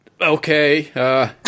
okay